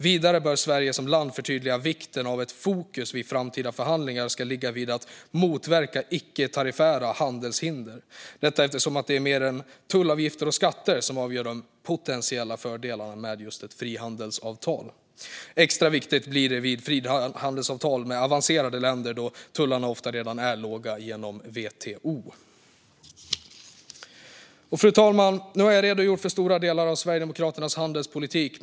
Vidare bör Sverige som land förtydliga vikten av att fokus i framtida förhandlingar ska ligga på att motverka icke-tariffära handelshinder, eftersom det är mer än tullavgifter och skatter som avgör de potentiella fördelarna med just ett frihandelsavtal. Det blir extra viktigt vid frihandelsavtal med avancerade länder, då tullarna ofta redan är låga genom WTO. Fru talman! Nu har jag redogjort för stora delar av Sverigedemokraternas handelspolitik.